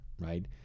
right